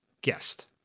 guest